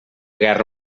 guerra